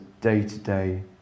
day-to-day